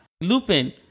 Lupin